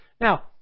Now